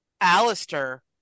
Alistair